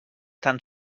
tan